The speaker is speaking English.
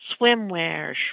swimwear